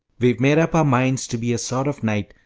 we've made up our minds to be a sort of knight,